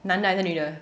男的还是女的